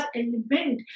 element